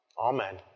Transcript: Amen